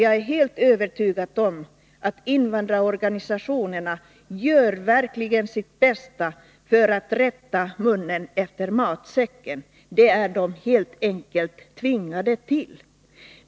Jag är helt övertygad om att invandrarorganisationerna verkligen gör sitt bästa för att rätta munnen efter matsäcken — det är de helt enkelt tvingade till.